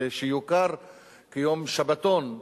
ושיוכר כיום שבתון,